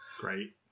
Great